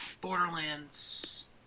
Borderlands